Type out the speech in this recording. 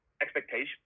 expectation